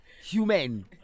Human